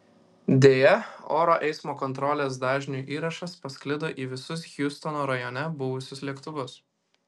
deja oro eismo kontrolės dažniu įrašas pasklido į visus hjustono rajone buvusius lėktuvus